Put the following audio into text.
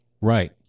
Right